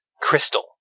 crystal